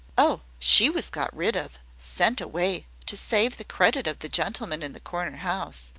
oh, she was got rid of sent away to save the credit of the gentleman in the corner-house.